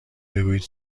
بگویید